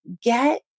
get